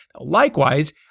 Likewise